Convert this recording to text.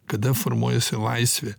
kada formuojasi laisvė